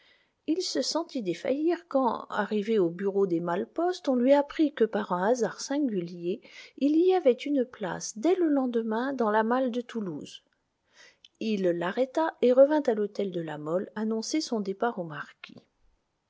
il se sentit défaillir quand arrivé au bureau des malles poste on lui apprit que par un hasard singulier il y avait une place dès le lendemain dans la malle de toulouse il l'arrêta et revint à l'hôtel de la mole annoncer son départ au marquis